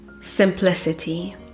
simplicity